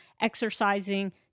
exercising